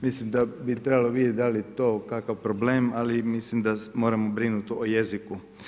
Mislim da bi trebalo vidjeti da li je to kakav problem, ali mislim da moramo brinuti o jeziku.